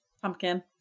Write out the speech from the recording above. Pumpkin